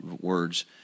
words